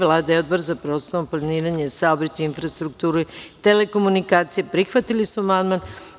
Vlada i Odbor za prostorno planiranje i saobraćaj, infrastrukturu i telekomunikacije prihvatili su amandman.